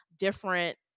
different